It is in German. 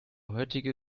heutige